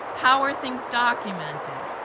how are things documented?